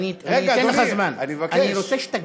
כי הם כמובן סונים, זה גם מתאים אתנית.